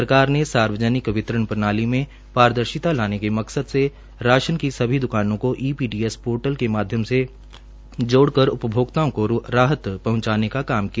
सरकार ने सार्वजनिक वितरण प्रणाली में पारदर्शिता लाने के मकसद से राशन की सभी द्कानों को ईपीडीएस पोर्टल के माध्यम से जोडक़र उपभोक्ताओं को राहत पहंचाने का काम किया